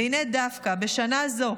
והינה, דווקא בשנה זו,